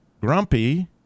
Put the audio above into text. grumpy